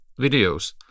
videos